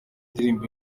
indirimbo